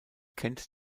kennt